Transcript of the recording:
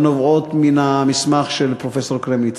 הנובעות מן המסמך של פרופסור קרמניצר.